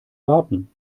warten